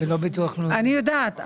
אני יודעת.